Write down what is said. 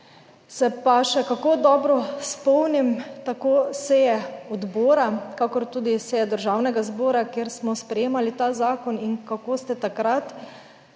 Se pa še kako dobro spomnim tako seje odbora, kakor tudi seje Državnega zbora, kjer smo sprejemali ta zakon In kako ste takrat